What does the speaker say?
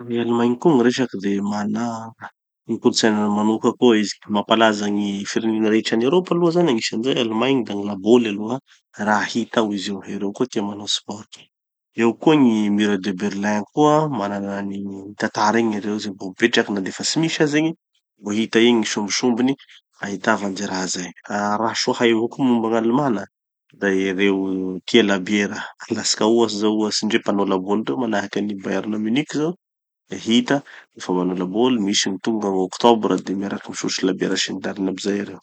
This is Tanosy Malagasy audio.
No i Allemagne koa gny resaky de mana gny kolotsainany manoka koa izy. Mampalaza gny firenena rehetra any eropa moa zany, agnisan'izay i Allemagne, da gny laboly aloha. Raha hita ao izy io. Ereo koa tia manao sports. Eo koa gny mur de berlin koa, mananan'igny tantara igny ereo izay mbo mipetraky na defa tsy misy aza igny, mbo hita egny gny sombisombiny, ahitava any ze raha zay. Ah raha soa hay avao koa momba gn'Alemana da ereo tia labiera, alatsika ohatsy zao ohatsy ndre mpanao laboly toa manahaky an'i Bayern munich zao de hita nofa manao laboly misy gny tonga gn'oktobra de miaraky misotro labiera sy ny tariny aby zay ereo.